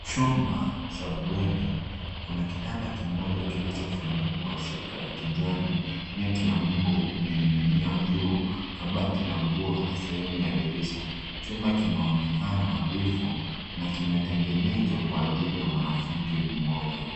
Chumba cha bweni. Kuna kitanda kimoja kilichofunikwa shuka ya kijani, neti ya mbu imening'inia juu, kabati la nguo na sehemu ya dirisha. Chumba kinaonekana nadhifu na kimetengenezwa kwa ajili ya mwanafunzi mmoja.